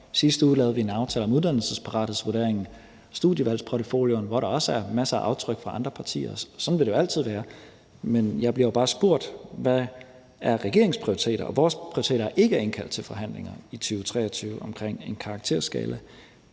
sidste uge lavede vi en aftale om uddannelsesparathedsvurderingen, og der er studievalgsportfolioen, hvor der også er masser af aftryk fra andre partier. Sådan vil det jo altid være. Men jeg bliver bare spurgt, hvad regeringens prioriteter er, og det er ikke vores prioritet at indkalde til forhandlinger i 2023 omkring en karakterskala.